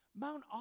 Mount